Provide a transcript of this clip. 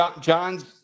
John's